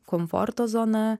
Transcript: komforto zona